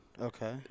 Okay